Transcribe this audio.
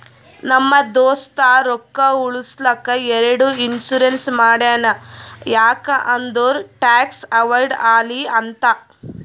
ನಮ್ ದೋಸ್ತ ರೊಕ್ಕಾ ಉಳುಸ್ಲಕ್ ಎರಡು ಇನ್ಸೂರೆನ್ಸ್ ಮಾಡ್ಸ್ಯಾನ್ ಯಾಕ್ ಅಂದುರ್ ಟ್ಯಾಕ್ಸ್ ಅವೈಡ್ ಆಲಿ ಅಂತ್